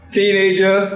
teenager